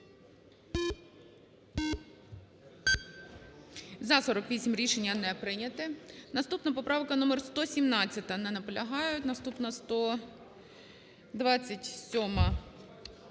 За-48 Рішення не прийнято. Наступна поправка номер 117. Не наполягають. Наступна 127-а.